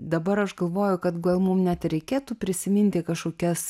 dabar aš galvoju kad gal mum net ir reikėtų prisiminti kažkokias